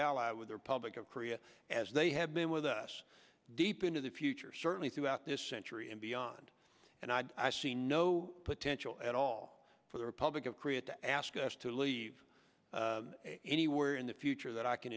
ally with their public of korea as they have been with us deep into the future certainly throughout this century and beyond and i see no potential at all for the republic of korea to ask us to leave anywhere in the future that i can